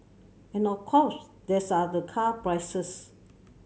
and of course this are the car prices